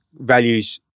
values